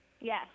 Yes